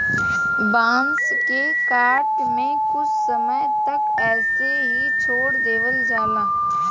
बांस के काट के कुछ समय तक ऐसे ही छोड़ देवल जाला